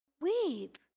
weep